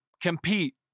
Compete